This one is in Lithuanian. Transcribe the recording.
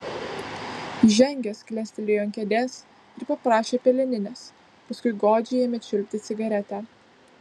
įžengęs klestelėjo ant kėdės ir paprašė peleninės paskui godžiai ėmė čiulpti cigaretę